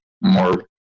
more